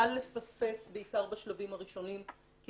קל לפספס בעיקר בשלבים הראשונים כי